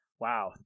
wow